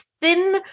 thin